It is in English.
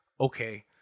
Okay